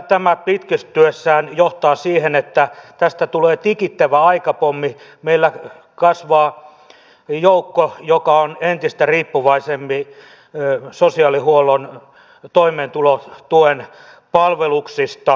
tämä pitkittyessään johtaa siihen että tästä tulee tikittävä aikapommi meillä kasvaa joukko joka on entistä riippuvaisempi sosiaalihuollon toimeentulotuen palveluksista